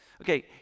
Okay